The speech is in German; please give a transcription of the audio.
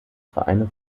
vereine